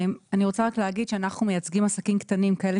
אני רוצה להגיד שאנחנו מייצגים עסקים קטנים כאלה